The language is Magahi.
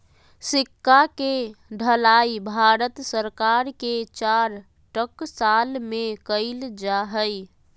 सिक्का के ढलाई भारत सरकार के चार टकसाल में कइल जा हइ